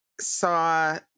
saw